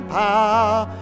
power